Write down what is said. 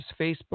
Facebook